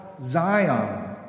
Zion